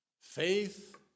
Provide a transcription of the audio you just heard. faith